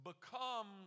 become